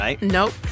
Nope